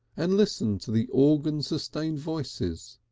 and listen to the organ-sustained voices,